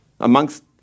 amongst